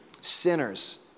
Sinners